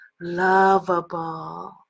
lovable